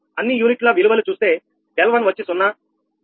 అన్ని యూనిట్ల విలువలు చూస్తే 𝛿1 వచ్చి 0